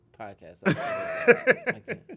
podcast